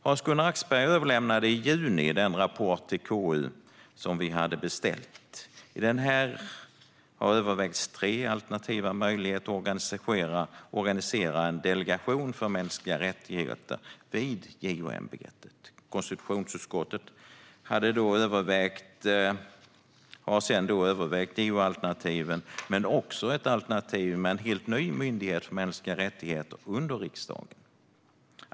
Hans-Gunnar Axberger överlämnade i juni den rapport till KU som vi hade beställt. I rapporten har tre alternativa möjligheter för att organisera en delegation för mänskliga rättigheter vid JO-ämbetet övervägts. Konstitutionsutskottet har övervägt JO-alternativen men också ett alternativ med en helt ny myndighet för mänskliga rättigheter under riksdagen.